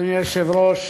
אדוני היושב-ראש,